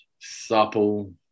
supple